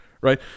right